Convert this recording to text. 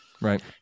Right